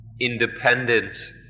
independence